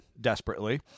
desperately